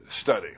study